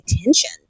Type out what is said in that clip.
attention